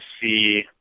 see